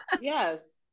yes